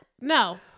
no